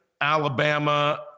Alabama